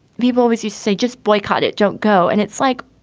people, as you say, just boycott it. don't go. and it's like,